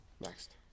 Next